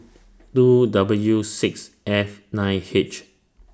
two W six F nine H